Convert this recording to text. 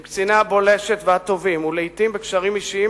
עם קציני הבולשת והתובעים ולעתים בקשרים אישיים,